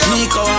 Nico